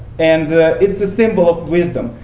and it's a symbol of wisdom.